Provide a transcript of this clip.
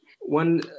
one